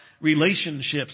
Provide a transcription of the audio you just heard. relationships